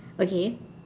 okay